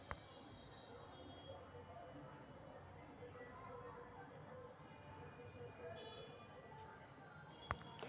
लेकिन कोनो कोनो नियम बैंक के खुदे बनावे ला परलई